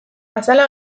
azala